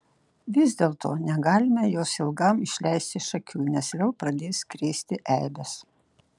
vis dėlto negalime jos ilgam išleisti iš akių nes vėl pradės krėsti eibes